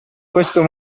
questo